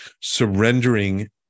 Surrendering